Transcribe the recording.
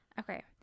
Okay